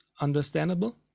understandable